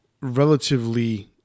relatively